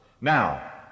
Now